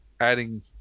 adding